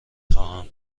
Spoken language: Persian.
خواهم